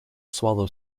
swallow